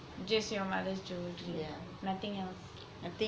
just your mother's jewelry nothing else